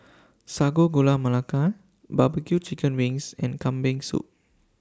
Sago Gula Melaka Barbecue Chicken Wings and Kambing Soup